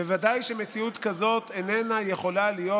ובוודאי שמציאות כזאת איננה יכולה להיות